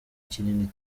kinini